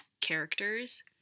characters